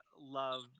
love